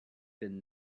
been